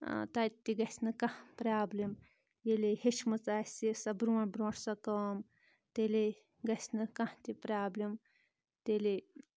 تَتہِ تہِ گَژھِ نہٕ کانٛہہ پرابلِم ییٚلے ہیٚچھمٕژ آسہِ سۄ برونٛٹھ برونٛٹھ سۄ کٲم تیٚلے گژھِ نہٕ کانٛہہ تہِ پرابلِم تیٚلے